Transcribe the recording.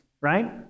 right